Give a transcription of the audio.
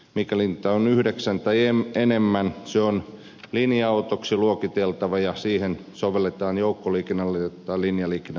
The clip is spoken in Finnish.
mikäli niitä on yhdeksän tai enemmän se on linja autoksi luokiteltava ja siihen sovelletaan joukkoliikenne tai linjaliikennelakia